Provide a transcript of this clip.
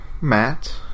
Matt